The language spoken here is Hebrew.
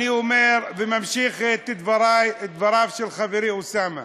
אני אומר וממשיך את דבריו של חברי אוסאמה: